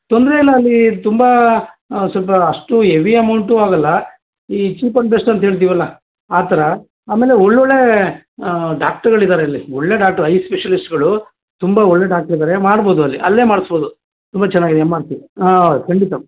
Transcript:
ತೊಂದರೆಯಿಲ್ಲ ಅಲ್ಲಿ ತುಂಬ ಸ್ವಲ್ಪ ಅಷ್ಟು ಎವಿ ಎಮೌಂಟೂ ಆಗೋಲ್ಲ ಈ ಚೀಪ್ ಆ್ಯಂಡ್ ಬೆಸ್ಟ್ ಅಂತೇಳ್ತಿವಲ್ಲ ಆ ಥರ ಆಮೇಲೆ ಒಳ್ಳೊಳ್ಳೆಯ ಡಾಕ್ಟ್ರ್ಗಳಿದ್ದಾರೆ ಅಲ್ಲಿ ಒಳ್ಳೆ ಡಾಕ್ಟ್ರ್ ಐ ಸ್ಪೆಷಲಿಸ್ಟ್ಗಳು ತುಂಬ ಒಳ್ಳೆಯ ಡಾಕ್ಟ್ರ್ ಇದ್ದಾರೆ ಮಾಡ್ಬೋದು ಅಲ್ಲಿ ಅಲ್ಲೇ ಮಾಡಿಸ್ಬೋದು ತುಂಬ ಚೆನ್ನಾಗಿದೆ ಎಮ್ ಆರ್ ಸಿ ಖಂಡಿತ